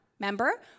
Remember